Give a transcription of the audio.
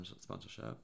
sponsorship